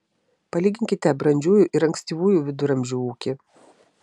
palyginkite brandžiųjų ir ankstyvųjų viduramžių ūkį